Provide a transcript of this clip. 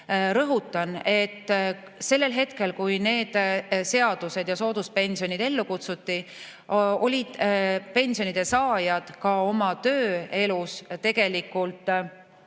Rõhutan, et sellel hetkel, kui need seadused ja sooduspensionid ellu kutsuti, olid [nende] pensionide saajad ka oma tööelus [olnud]